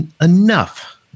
enough